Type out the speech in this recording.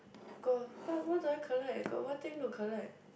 got what what do I collect got what thing to collect